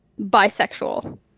...bisexual